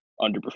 underperform